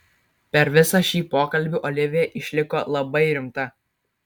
per visą šį pokalbį olivija išliko labai rimta